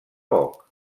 poc